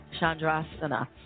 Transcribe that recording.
Chandrasana